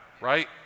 right